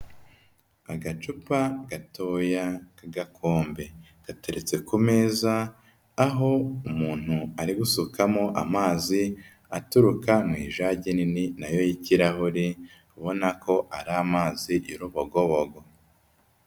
Agacupa gatoya k'agakombe. Gateretse ku meza, aho umuntu ari gusukamo amazi aturuka mu ijage nini na yo y'ikirahure ubona ko ari amazi y'urubogobogo.